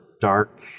dark